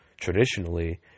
traditionally